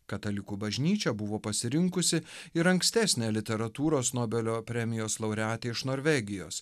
katalikų bažnyčią buvo pasirinkusi ir ankstesnė literatūros nobelio premijos laureatė iš norvegijos